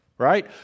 Right